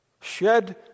shed